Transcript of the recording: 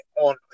on